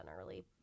early